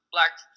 black